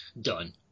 Done